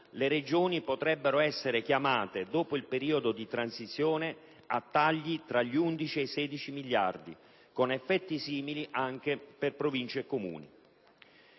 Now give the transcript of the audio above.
le Regioni potrebbero essere chiamate, dopo il periodo di transizione, a tagli tra gli 11 e i 16 miliardi, con effetti simili anche per Province e Comuni.